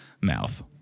mouth